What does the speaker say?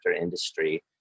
industry